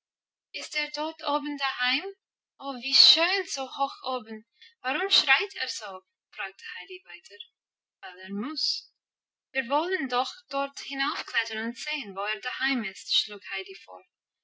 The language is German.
ist er dort oben daheim oh wie schön so hoch oben warum schreit er so fragte heidi weiter weil er muss erklärte peter wir wollen doch dort hinaufklettern und sehen wo er daheim ist schlug heidi vor